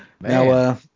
Now